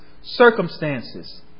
circumstances